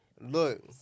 Look